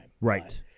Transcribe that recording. Right